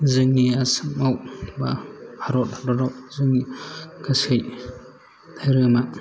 जोंनि आसामाव बा भारत हादराव जोंनि गासै धोरोमा